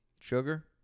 Sugar